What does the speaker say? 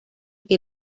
que